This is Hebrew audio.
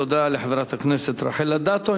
תודה לחברת הכנסת רחל אדטו.